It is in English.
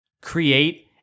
create